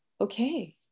okay